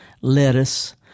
lettuce